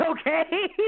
okay